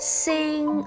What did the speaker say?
sing